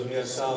אדוני השר,